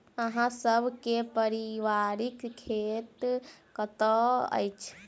अहाँ सब के पारिवारिक खेत कतौ अछि?